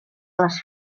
les